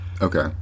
Okay